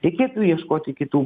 reikėtų ieškoti kitų